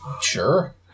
Sure